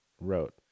wrote